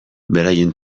beraien